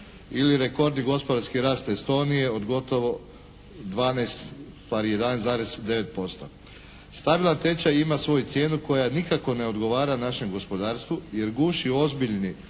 ili rekordni gospodarski rast Estonije od gotovo 12 ustvari 11,9%. …/Govornik se ne razumije./… tečaj ima svoju cijenu koja nikako ne odgovara našem gospodarstvu jer guši ozbiljni